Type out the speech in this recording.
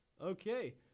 Okay